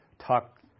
Talk